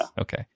Okay